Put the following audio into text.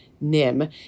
NIM